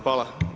Hvala.